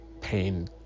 pain